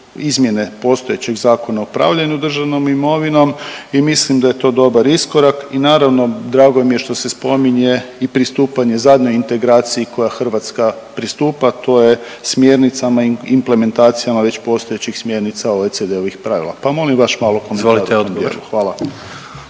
izmjene postojećeg Zakona o upravljanju državnom imovinom i mislim da je to dobar iskorak. I naravno drago mi je što se spominje i pristupanje zadnjoj integraciji kojoj Hrvatska pristupa to je smjernicama implementacijama već postojećih smjernica OECD-ovim pravila, pa molim vaš malo komentar …/Govornik